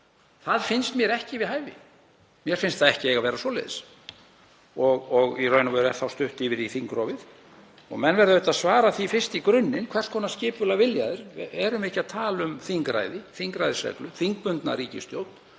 Það finnst mér ekki við hæfi. Mér finnst það ekki eiga að vera svoleiðis. Í raun og veru er þá stutt yfir í þingrofið. Menn verða auðvitað að svara því fyrst í grunninn hvers konar skipulag þeir vilja. Erum við ekki að tala um þingræði, þingræðisreglu, þingbundna ríkisstjórn?